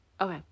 Okay